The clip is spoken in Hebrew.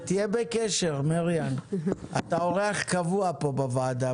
תהיה בקשר מריאן, אתה אורח קבוע פה בוועדה.